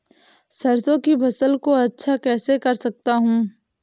सरसो की फसल को अच्छा कैसे कर सकता हूँ?